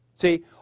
See